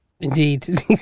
Indeed